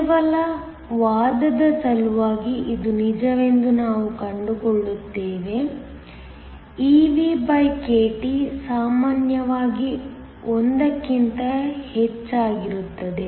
ಕೇವಲ ವಾದದ ಸಲುವಾಗಿ ಇದು ನಿಜವೆಂದು ನಾವು ಕಂಡುಕೊಳ್ಳುತ್ತೇವೆ evkT ಸಾಮಾನ್ಯವಾಗಿ 1 ಕ್ಕಿಂತ ಹೆಚ್ಚಾಗಿರುತ್ತದೆ